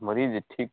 मरीज़ ठीक